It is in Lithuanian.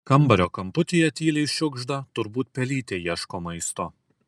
kambario kamputyje tyliai šiugžda turbūt pelytė ieško maisto